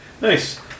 Nice